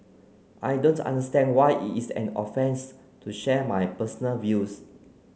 I don't understand why it is an offence to share my personal views